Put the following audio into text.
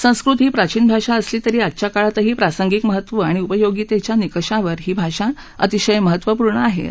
सस्कृत ही प्राचीन भाषा असली तरी आजच्या काळातही प्रासप्रिक महत्व आणि उपयोगितेच्या निकषावर ही भाषा अतिशय महत्त्वपूर्ण आहे असत्ति म्हणाले